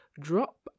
drop